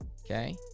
okay